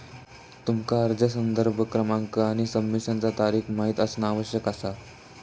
तुमका अर्ज संदर्भ क्रमांक आणि सबमिशनचा तारीख माहित असणा आवश्यक असा